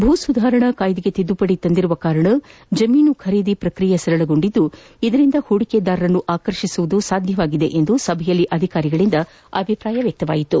ಭೂ ಸುಧಾರಣಾ ಕಾಯ್ದೆಗೆ ತಿದ್ದುಪದಿ ತಂದಿರುವುದರಿಂದ ಜಮೀನು ಖರೀದಿಸುವ ಪ್ರಕ್ರಿಯೆ ಸರಳಗೊಂಡಿದ್ದು ಇದರಿಂದ ಹೂಡಿಕೆದಾರರನ್ನು ಆಕರ್ಷಿಸುವುದು ಸಾಧ್ಯವಾಗಿದೆ ಎಂದು ಸಭೆಯಲ್ಲಿ ಅಧಿಕಾರಿಗಳಿಂದ ಅಭಿಪ್ರಾಯ ವ್ಯಕ್ತವಾಯಿತು